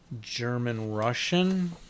German-Russian